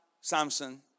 Samson